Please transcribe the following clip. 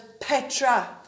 Petra